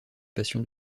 passion